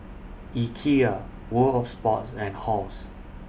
Ikea World of Sports and Halls